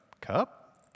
Cup